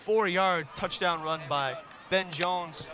before yard touchdown run by ben jones